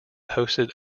hosted